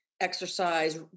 exercise